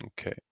Okay